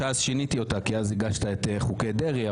שיניתי אותה כי אז הגשת את חוקי דרעי,